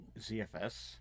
ZFS